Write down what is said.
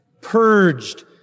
purged